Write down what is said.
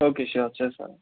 okay sure వచ్చేస్తాను